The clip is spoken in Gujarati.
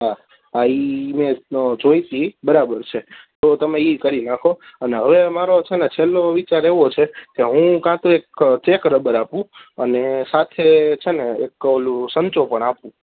હા હા એ એ મેં જોઈ હતી બરાબર છે તો તમે એ કરી નાખો અને હવે મારો છે ને છેલ્લો વિચાર એવો છે કે હું કાં તો એક ચેક રબર આપું અને સાથે છે ને એક ઓલું સંચો પણ આપું